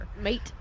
Mate